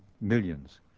millions